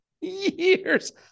years